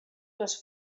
les